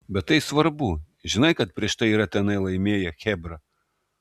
bet tai svarbu žinai kad prieš tai yra tenai laimėję chebra